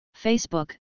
Facebook